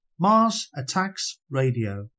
MarsAttacksRadio